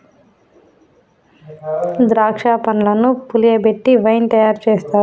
ద్రాక్ష పండ్లను పులియబెట్టి వైన్ తయారు చేస్తారు